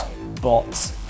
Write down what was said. bots